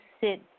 sit